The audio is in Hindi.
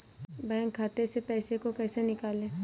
बैंक खाते से पैसे को कैसे निकालें?